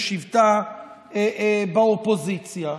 בשבתה באופוזיציה,